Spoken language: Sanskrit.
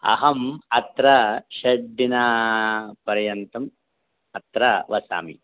अहम् अत्र षड्दिनपर्यन्तम् अत्र वसामि